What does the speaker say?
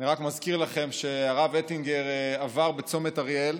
אני רק מזכיר לכם שהרב אטינגר עבר בצומת אריאל,